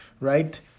Right